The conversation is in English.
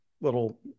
little